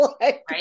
right